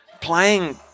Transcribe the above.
playing